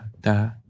da